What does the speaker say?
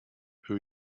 who